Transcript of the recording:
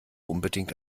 unbedingt